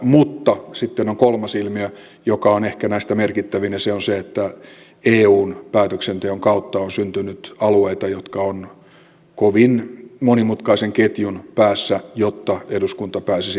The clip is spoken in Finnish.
mutta sitten on kolmas ilmiö joka on näistä ehkä merkittävin ja se on se että eun päätöksenteon kautta on syntynyt alueita jotka ovat kovin monimutkaisen ketjun päässä jotta eduskunta pääsisi niistä päättämään